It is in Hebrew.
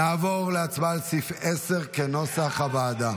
נעבור להצבעה על סעיף 10 כנוסח הוועדה.